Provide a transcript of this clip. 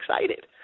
excited